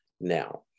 now